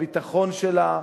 לביטחון שלה,